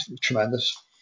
Tremendous